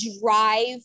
drive